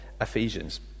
Ephesians